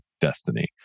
destiny